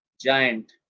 giant